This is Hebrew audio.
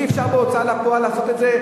אי-אפשר בהוצאה לפועל לעשות את זה.